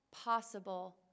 possible